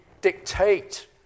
dictate